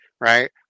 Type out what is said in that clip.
right